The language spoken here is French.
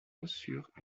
reçurent